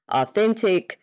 authentic